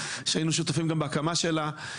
שהיינו שותפים גם בהקמה שלה.